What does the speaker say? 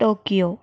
Tokyo